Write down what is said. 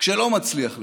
כשלא מצליח לך.